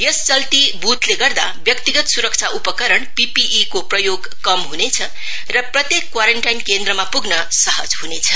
यस चल्ती वुथले गर्दा व्यक्तिगत सुरक्षा उपकरण पी पी ई को प्रयोग क्रम हुनेछ र प्रत्येक कोरानटाइन केन्द्रमा पुग्न सहज हुनेछ